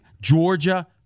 Georgia